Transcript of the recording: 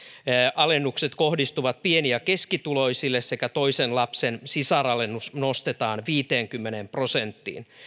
alennukset kohdistuvat pieni ja keskituloisille ja toisen lapsen sisaralennus nostetaan viiteenkymmeneen prosenttiin